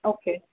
okay